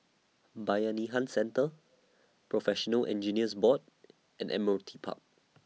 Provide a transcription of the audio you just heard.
Bayanihan Centre Professional Engineers Board and Admiralty Park